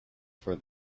for